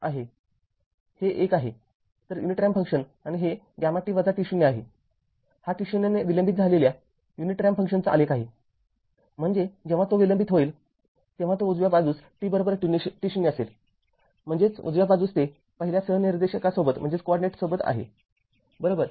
तर unit ramp function आणि हे γt t0 आहे हा t0 ने विलंबित झालेल्या युनिट रॅम्प फंक्शनचा आलेख आहे म्हणजे जेव्हा तो विलंबित होईल तेव्हा तो उजव्या बाजूस tt0असेल म्हणजेच उजव्या बाजूस ते पहिल्या सहनिर्देशकासोबत आहे बरोबर